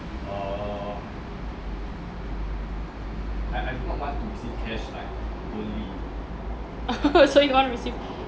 so you want to receive